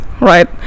right